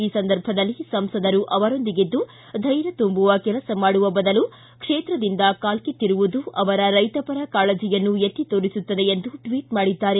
ಈ ಸಂದರ್ಭದಲ್ಲಿ ಸಂಸದರು ಅವರೊಂದಿಗಿದ್ದು ಧ್ಯೆರ್ಯ ತುಂಬುವ ಕೆಲಸ ಮಾಡುವ ಬದಲು ಕ್ಷೇತ್ರದಿಂದ ಕಾಲ್ಕಿತ್ತಿರುವುದು ಅವರ ರೈತಪರ ಕಾಳಜಿಯನ್ನು ಎತ್ತಿತೋರಿಸುತ್ತದೆ ಎಂದು ಟ್ವಟ್ ಮಾಡಿದ್ದಾರೆ